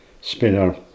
Spinner